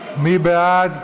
מי בעד?